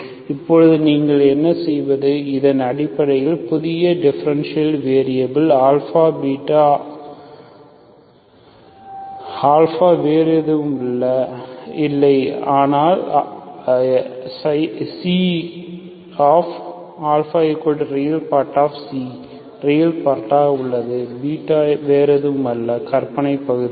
இப்போது நீங்கள் என்ன செய்வது இதன் அடிப்படையில் புதிய டிஃபரென்ஷியல் போது வேரியபில் வேறு எதுவும் அல்ல ஆனால் ξαReξரியல் பார்ட்டாக உள்ளது எதுவும் ஆனால் கற்பனைப் பகுதி ξβImξ